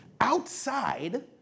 outside